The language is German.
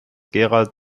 gerald